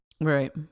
right